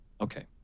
Okay